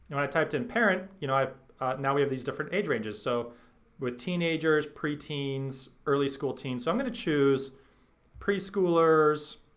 when i typed in parent you know now we have these different age ranges. so with teenagers, preteens, early school teens. so i'm gonna choose preschoolers,